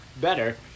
better